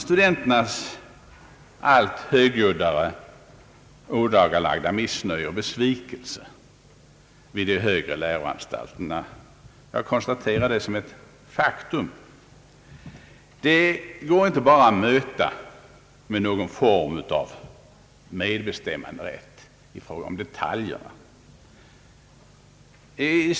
Studenternas allt högljuddare ådagalagda missnöje och besvikelse vid de högre läroanstalterna — jag konstaterar det som ett faktum — går inte bara att möta med någon form av medbestämmanderätt i fråga om detaljerna.